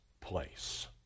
place